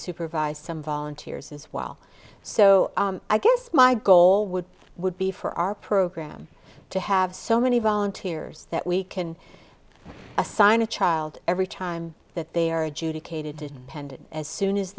supervise some volunteers as well so i guess my goal would would be for our program to have so many volunteers that we can assign a child every time that they are a